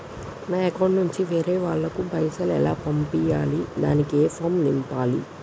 నా అకౌంట్ నుంచి వేరే వాళ్ళకు పైసలు ఎలా పంపియ్యాలి దానికి ఏ ఫామ్ నింపాలి?